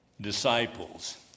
disciples